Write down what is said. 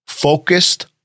Focused